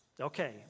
Okay